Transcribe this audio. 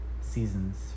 Seasons